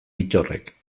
bittorrek